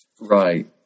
Right